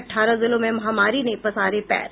अठारह जिलों में महामारी ने पसारे पैर